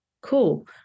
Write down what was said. Cool